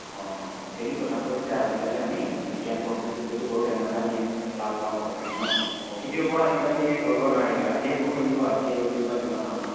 অঁ টোটেলি কথাটো হৈছে আজিকালি আমি বিজ্ঞান পদ্ধতিত যদি কৰোঁ তেনেহ'লে আমি লাভবান হ'ব পাৰিম ন প্ৰকৃতিৰ ওপৰত আজিকালি কৰিব নোৱাৰি আজি এয়ে বৰষণ দিব আজি এয়ে ৰ'দ দিব তেনেকুৱা ধৰণৰ